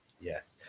Yes